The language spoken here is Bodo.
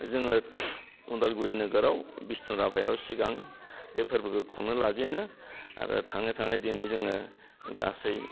जोङो उदालगुरि नोगोराव बिष्णु राभायाव सिगां बे फोरबोखौ खुंनो लाजेनो आरो थाङै थाङै दिनै जोङो गासै